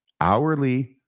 hourly